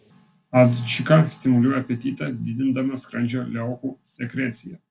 adžika stimuliuoja apetitą didindama skrandžio liaukų sekreciją